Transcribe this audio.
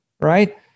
right